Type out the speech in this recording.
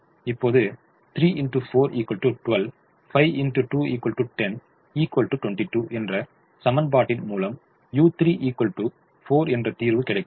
இப்போது 12 10 22 என்ற சமன்பா பாட்டின் மூலம் u3 4 என்ற தீர்வு கிடைக்கும்